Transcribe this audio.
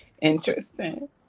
Interesting